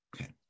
Okay